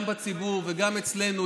גם בציבור וגם אצלנו,